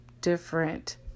different